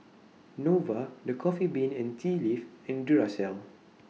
Nova The Coffee Bean and Tea Leaf and Duracell